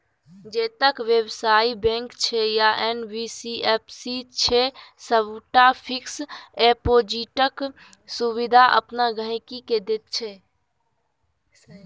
जतेक बेबसायी बैंक छै या एन.बी.एफ.सी छै सबटा फिक्स डिपोजिटक सुविधा अपन गांहिकी केँ दैत छै